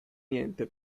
niente